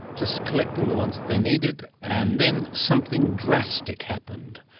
just collecting the ones that they needed, and then something drastic happened.